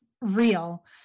real